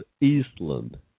Eastland